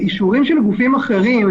אישורים של גופים אחרים,